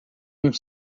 uns